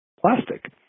plastic